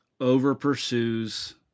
over-pursues